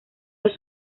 los